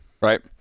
right